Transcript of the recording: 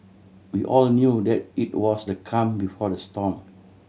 we all knew that it was the calm before the storm